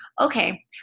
Okay